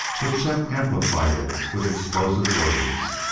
but chet amplified it with explosive words.